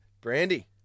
Brandy